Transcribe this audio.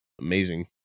Amazing